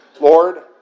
Lord